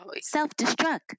Self-destruct